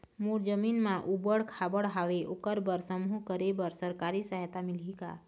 मोर जमीन म ऊबड़ खाबड़ हावे ओकर बर समूह करे बर सरकारी सहायता मिलही का?